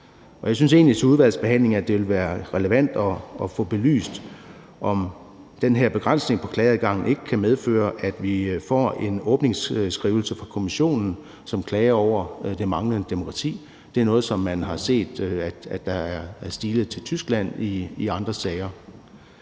jeg synes egentlig, at det i udvalgsbehandlingen vil være relevant at få belyst, om den her begrænsning i klageadgangen ikke kan medføre, at vi får en åbningsskrivelse fra Kommissionen, som klager over det manglende demokrati. Det er noget, som man har set er blevet stilet til Tyskland i andre sager.